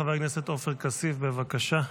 חבר הכנסת עופר כסיף, בבקשה.